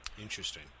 Interesting